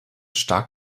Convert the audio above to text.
stark